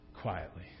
quietly